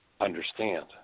understand